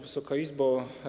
Wysoka Izbo!